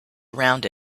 around